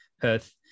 perth